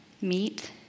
meet